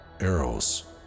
Eros